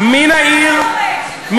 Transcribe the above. תגבש חוק הוצאה להורג.